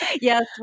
yes